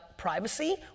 privacy